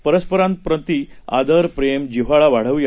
परस्परांप्रतीआदर प्रेम जिव्हाळावाढव्या